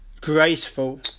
graceful